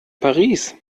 paris